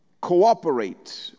Cooperate